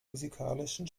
musikalischen